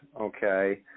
okay